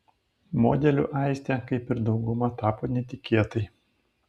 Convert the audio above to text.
modeliu aistė kaip ir dauguma tapo netikėtai